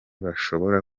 bashobora